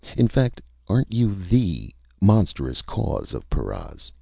in fact, aren't you the. monstrous cause of. paras?